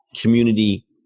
community